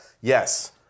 yes